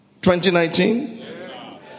2019